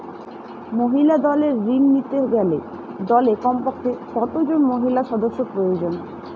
মহিলা দলের ঋণ নিতে গেলে দলে কমপক্ষে কত জন মহিলা সদস্য প্রয়োজন?